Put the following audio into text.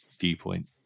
viewpoint